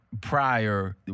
prior